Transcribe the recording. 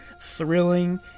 thrilling